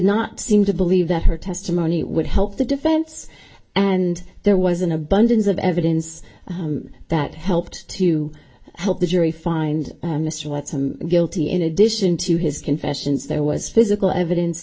not seem to believe that her testimony would help the defense and there was an abundance of evidence that helped to help the jury find mr watson guilty in addition to his confessions there was physical evidence